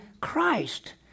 Christ